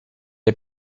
est